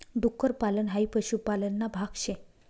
डुक्कर पालन हाई पशुपालन ना भाग शे